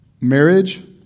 marriage